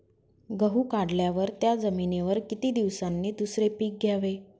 गहू काढल्यावर त्या जमिनीवर किती दिवसांनी दुसरे पीक घ्यावे?